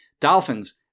Dolphins